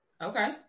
Okay